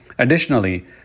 Additionally